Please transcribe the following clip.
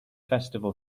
festival